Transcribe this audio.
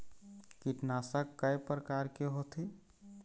कीटनाशक कय प्रकार के होथे?